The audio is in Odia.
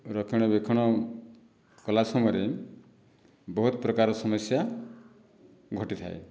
ରକ୍ଷଣା ବେକ୍ଷଣ କଲା ସମୟରେ ବହୁତ ପ୍ରକାର ସମସ୍ୟା ଘଟିଥାଏ